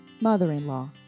mother-in-law